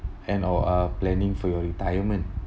and uh planning for your retirement